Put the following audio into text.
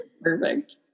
Perfect